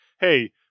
hey